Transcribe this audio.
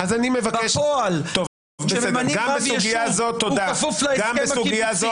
בפועל כשממנים רב יישוב הוא כפוף להסכם הקיבוצי,